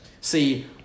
see